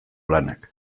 lanak